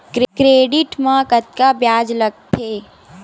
Credit मा कतका ब्याज लगथे?